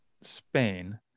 Spain